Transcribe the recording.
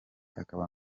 akaba